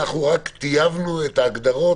אנחנו רק טייבנו את ההגדרות.